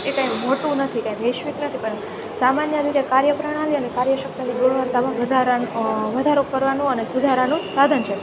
એ કાંઈ મોટું નથી કાંઈ વૈશ્વિક નથી પણ સામાન્ય રીતે કાર્યપ્રણાલી અને કાર્યક્ષમતાની ગુણવત્તામાં વધારા વધારો કરવાનું અને સુધારાનું સાધન છે